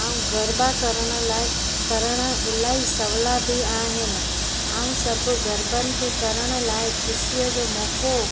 ऐं गरबा करण लाए करण इलाही सहूला बि आहिनि ऐं सभु गरबनि खे करण लाइ ख़ुशीअ जो मौक़ो